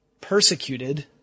persecuted